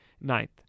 ninth